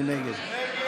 מי נגד?